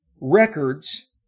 records